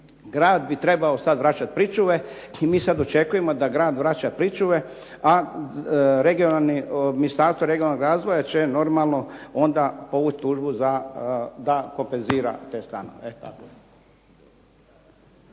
Grad bi trebao sada vraćati pričuve i mi sad očekujemo da grad vraća pričuve a Ministarstvo regionalnog razvoja će normalno onda povući tužbu da kompenzira te stanove.